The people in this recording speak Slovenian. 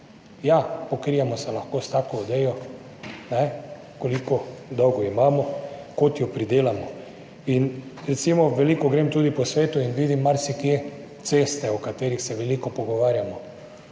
Ja, pokrijemo se lahko s tako odejo, koliko dolgo imamo, kot jo pridelamo. In recimo, veliko grem tudi po svetu in vidim marsikje ceste, o katerih se veliko pogovarjamo,